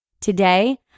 Today